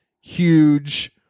huge